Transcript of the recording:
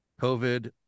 COVID